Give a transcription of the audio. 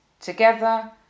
together